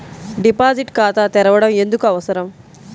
Deposit ఖాతా తెరవడం ఎందుకు అవసరం?